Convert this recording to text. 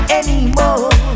anymore